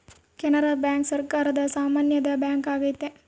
Canara bank ಸರಕಾರದ ಸಾಮ್ಯದ bank ಆಗೈತೆ